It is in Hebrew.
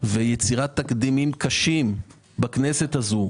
ויצירת תקדימים קשים בכנסת הזו.